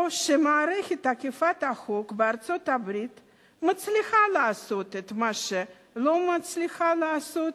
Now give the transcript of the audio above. או שמערכת אכיפת החוק בארצות-הברית מצליחה לעשות את מה שלא מצליחה לעשות